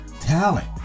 talent